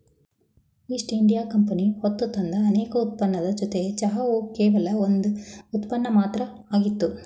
East India Company ಹೊತ್ತುತಂದ ಅನೇಕ ಉತ್ಪನ್ನದ್ ಜೊತೆ ಚಹಾವು ಕೇವಲ ಒಂದ್ ಉತ್ಪನ್ನ ಮಾತ್ರ ಆಗಿತ್ತು